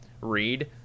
read